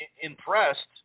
impressed